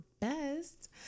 best